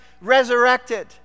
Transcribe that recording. resurrected